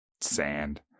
sand